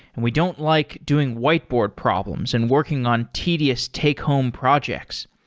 and we don't like doing whiteboard problems and working on tedious take home projects.